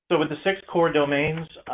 but with the six core domains,